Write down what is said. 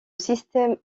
système